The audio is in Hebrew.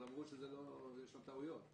אבל אמרו שיש שם טעויות.